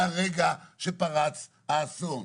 מהרגע שפרץ האסון.